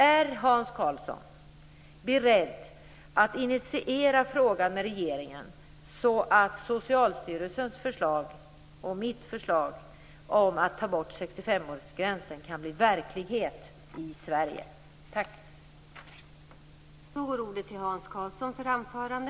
Är Hans Karlsson beredd att initiera frågan med regeringen så att Socialstyrelsens förslag och mitt förslag om att ta bort 65-årsgränsen kan bli verklighet i Sverige?